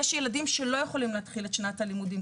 שיש ילדים שלא יכולים להתחיל את שנת הלימודים.